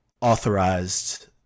authorized